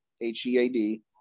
H-E-A-D